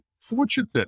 fortunate